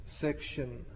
section